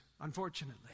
unfortunately